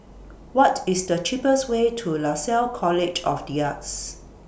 What IS The cheapest Way to Lasalle College of The Arts